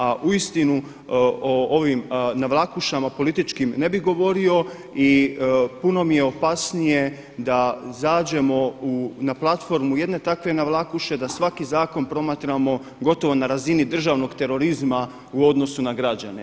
A uistinu o ovom navlakušama političkim ne bih govorio i puno mi je opasnije da zađemo na platformu jedne takve navlakuše, da svaki zakon promatramo gotovo na razini državnog terorizma u odnosu na građane.